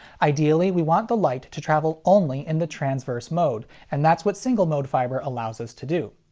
ideally we want the light to travel only in the transverse mode, and that's what single-mode fiber allows us to do.